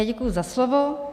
Děkuji za slovo.